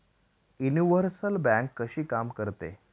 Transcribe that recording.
Universal bank कशी काम करते?